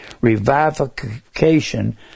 revivification